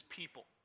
people